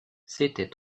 c’était